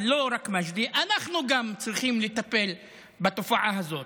אבל לא מג'די, גם אנחנו צריכים לטפל בתופעה הזאת,